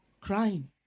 crying